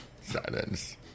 silence